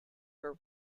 were